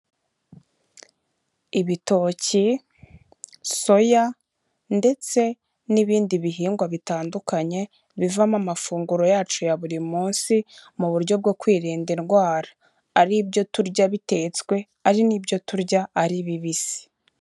Ibitoki, soya ndetse n'ibindi bihingwa bitandukanye bivamo amafunguro yacu ya buri munsi mu buryo bwo kwirinda indwara, ari ibyo turya bitetswe, ari n'ibyo turya ari bibisi.